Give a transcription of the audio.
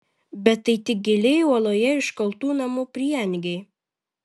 bet tai tik giliai uoloje iškaltų namų prieangiai